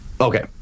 Okay